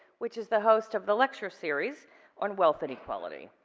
which is the host of the lecture series on wealth and equality,